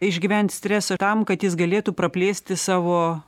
išgyvent stresą tam kad jis galėtų praplėsti savo